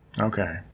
Okay